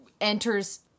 enters